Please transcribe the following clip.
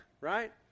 right